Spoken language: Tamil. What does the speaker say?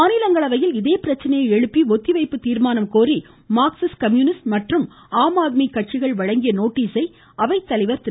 மாநிலங்களவையில் இதே பிரச்சனையை எழுப்பி ஒத்தி வைப்பு தீர்மானம் கோரி மார்க்சிஸ்ட் கம்யூனிஸ்ட் மற்றும் ஆம்ஆத்மி கட்சிகள் வழங்கிய நோட்டீஸை அவைத் தலைவர் திரு